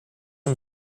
him